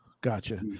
Gotcha